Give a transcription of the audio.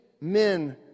men